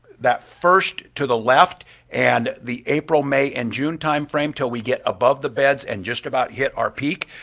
that first to the left and the april, may, and june timeframe until we get above the beds and just about hit our peak,